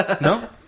No